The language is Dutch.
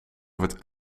wordt